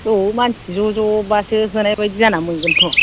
औ मानसि ज' ज' बासो होनाय बायदि जानानै मोनगोनथ'